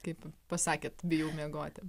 kaip pasakėt bijau miegoti